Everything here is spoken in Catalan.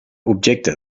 objecte